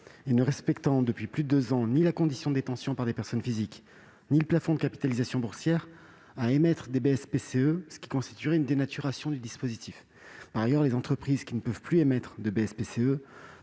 et ne respectant depuis plus deux ans ni la condition de détention par des personnes physiques ni le plafond de capitalisation boursière, à émettre des BSPCE, ce qui constituerait une dénaturation du dispositif. Par ailleurs, les entreprises ne pouvant plus émettre de BSPCE